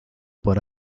por